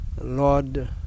Lord